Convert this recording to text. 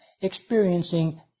experiencing